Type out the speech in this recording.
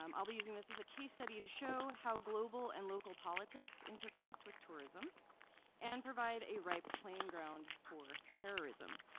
um i'll be using this as a case study to show how global and local politics interconnect with tourism and provide a ripe playing ground for terrorism.